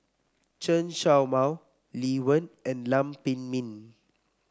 Chen Show Mao Lee Wen and Lam Pin Min